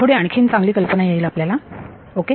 थोडी आणखीन चांगली कल्पना आपल्याला येईल ओके